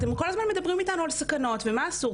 אתם כל הזמן מדברים איתנו על סכנות ומה אסור,